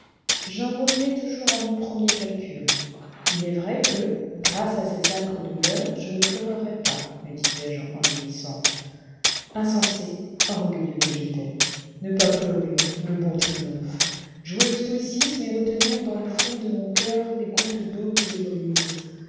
j'en revenais toujours à mon premier calcul il est vrai que grâce à ces âcres douleurs je ne pleurerai pas me disais-je en gémissant insensé orgueilleux que j'étais ne pas pleurer le beau triomphe jouer au stoïcisme et retenir dans le fond de mon coeur les gouttes d'eau qui le brisent